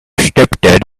stepdad